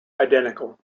identical